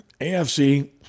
AFC